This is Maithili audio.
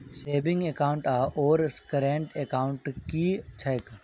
सेविंग एकाउन्ट आओर करेन्ट एकाउन्ट की छैक?